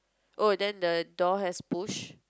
oh then the door has push